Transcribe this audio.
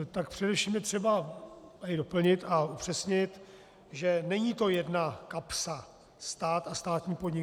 Tak především je třeba tady doplnit a upřesnit, že není to jedna kapsa stát a státní podnik.